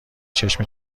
چشم